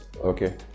Okay